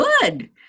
good